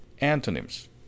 antonyms